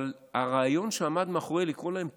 אבל הרעיון שעמד מאחורי לקרוא להם "פקידים"